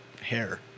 hair